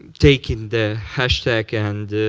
taking the hashtag and